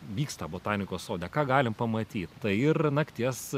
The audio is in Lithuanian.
vyksta botanikos sode ką galim pamatyt tai ir nakties